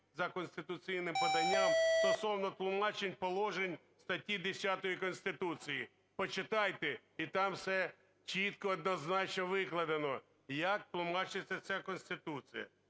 за конституційним поданням стосовно тлумачень положень статті 10 Конституції. Почитайте, і там все чітко і однозначно викладено, як тлумачиться ця Конституція.